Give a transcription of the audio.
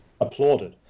applauded